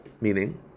Meaning